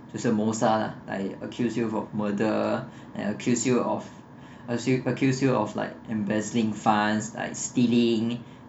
就是谋杀 lah like accuse you of murder and accuse you of accuse you of like embezzling funds like stealing